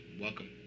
welcome